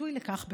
ביטוי לכך בפועל.